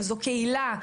זו קהילה.